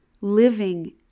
living